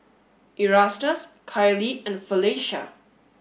Erastus Kiley and Felecia